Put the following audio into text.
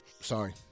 Sorry